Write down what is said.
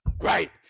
Right